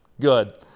good